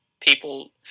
people